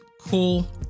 cool